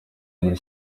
muri